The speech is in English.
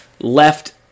left